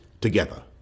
together